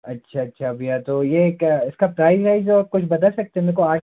अच्छा अच्छा भैया तो ये क्या इसका प्रैज वैज आप कुछ बता सकते मे को आज